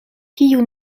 kiu